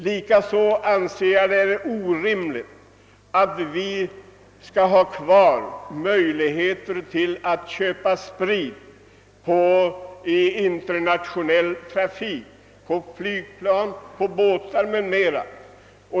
Likaså anser jag det orimligt att vi skall ha kvar möjligheten att köpa billig skattefri sprit på flygplan, båtar m.m.